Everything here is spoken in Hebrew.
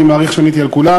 אני מעריך שעניתי על כולן.